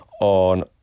on